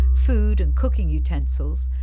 food and cooking utensils,